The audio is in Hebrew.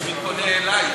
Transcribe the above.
אז אני פונה אלייך.